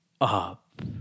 up